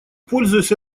пользуясь